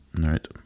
Right